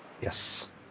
Yes